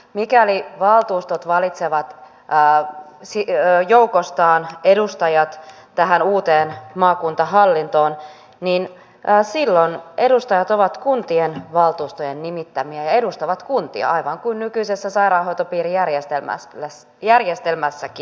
mikäli valtuustot valitsevat joukostaan edustajat tähän uuteen maakuntahallintoon niin silloin edustajat ovat kuntien valtuustojen nimittämiä ja edustavat kuntia aivan niin kuin nykyisessä sairaanhoitopiirijärjestelmässäkin on